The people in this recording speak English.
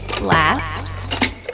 Last